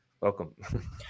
Welcome